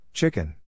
Chicken